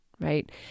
right